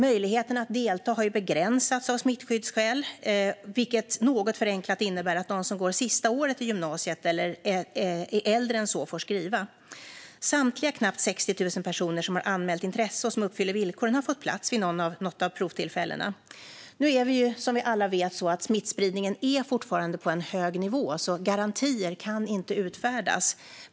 Möjligheten att delta har av smittskyddsskäl begränsats, vilket något förenklat innebär att de som går sista året i gymnasiet eller är äldre än så får skriva provet. Samtliga knappt 60 000 personer som har anmält intresse och som uppfyller villkoren har fått plats vid något av provtillfällena. Som vi alla vet är dock smittspridningen fortfarande på en hög nivå, så några garantier kan inte utfärdas.